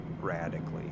radically